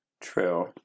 True